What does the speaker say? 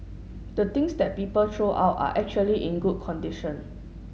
the things that people throw out are actually in good condition